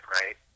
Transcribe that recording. right